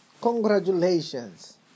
Congratulations